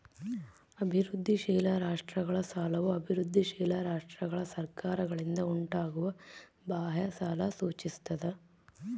ಅಭಿವೃದ್ಧಿಶೀಲ ರಾಷ್ಟ್ರಗಳ ಸಾಲವು ಅಭಿವೃದ್ಧಿಶೀಲ ರಾಷ್ಟ್ರಗಳ ಸರ್ಕಾರಗಳಿಂದ ಉಂಟಾಗುವ ಬಾಹ್ಯ ಸಾಲ ಸೂಚಿಸ್ತದ